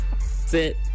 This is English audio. sit